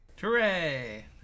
Hooray